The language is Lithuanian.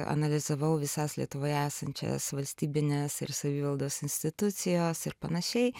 analizavau visas lietuvoje esančias valstybines ir savivaldos institucijos ir panašiai